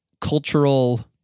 cultural